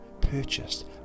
purchased